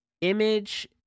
image